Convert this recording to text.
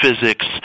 physics